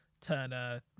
Turner